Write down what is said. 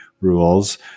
rules